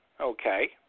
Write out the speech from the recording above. Okay